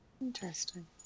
Interesting